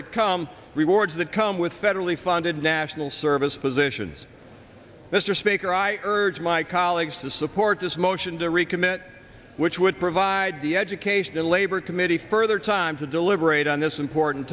that come rewards that come with federally funded national service positions mr speaker i urge my colleagues to support this motion to recommit which would provide the education and labor committee further time to deliberate on this important